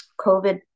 COVID